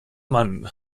mann